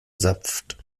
saft